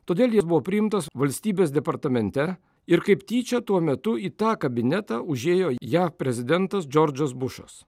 todėl jis buvo priimtas valstybės departamente ir kaip tyčia tuo metu į tą kabinetą užėjo jav prezidentas džordžas bušas